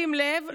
שים לב,